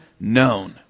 known